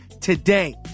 today